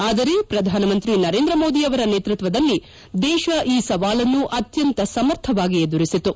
ಆದರೆ ಪ್ರಧಾನಮಂತ್ರಿ ನರೇಂದ್ರ ಮೋದಿಯವರ ನೇತೃತ್ವದಲ್ಲಿ ದೇಶ ಈ ಸವಾಲನ್ನು ಅತ್ಯಂತ ಸಮರ್ಥವಾಗಿ ಎದುರಿಸಿತು